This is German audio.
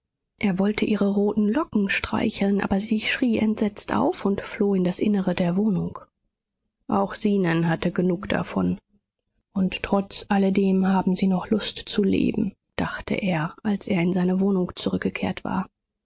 er wollte ihre roten locken streicheln aber sie schrie entsetzt auf und floh in das innere der wohnung auch zenon hatte genug davon und trotz alledem haben sie noch lust zu leben dachte er als er in seine wohnung zurückgekehrt war